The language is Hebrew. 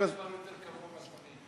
אין דבר יותר קבוע מהזמני.